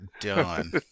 done